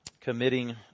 committing